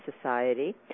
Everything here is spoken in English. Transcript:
Society